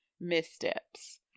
missteps